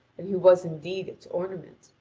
and who was indeed its ornament.